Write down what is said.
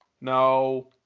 No